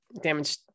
damage